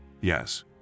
Yes